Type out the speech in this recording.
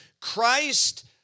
Christ